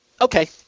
Okay